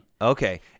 Okay